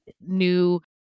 new